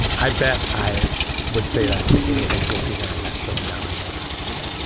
i bet i would say that to any high school senior i met. so now i know not to do that.